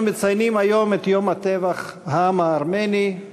אנו מציינים היום את יום טבח העם הארמני.